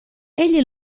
egli